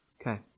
Okay